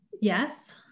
Yes